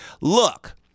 Look